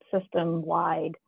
system-wide